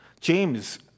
James